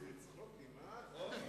צחוקים, הא ביבי?